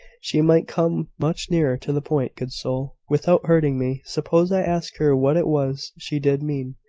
she might come much nearer to the point, good soul! without hurting me. suppose i ask her what it was she did mean,